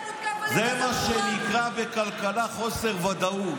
זה מה שנקרא בכלכלה חוסר ודאות.